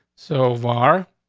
so far,